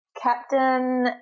Captain